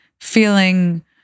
feeling